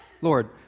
Lord